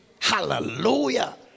Hallelujah